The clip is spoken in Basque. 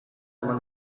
eman